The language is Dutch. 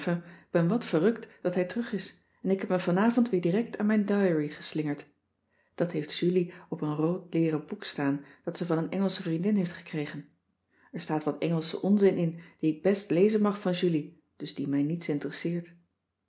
ben wat verrukt dat hij terug is en ik heb me vanavond weer direct aan mijn diary geslingerd dat heeft julie op een rood leeren boek staan dat ze van een engelsche vriendin heeft gekregen er staat wat engelsche onzin in die ik best lezen mag van julie dus die mij niets